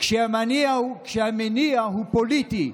כשהמניע הוא פוליטי.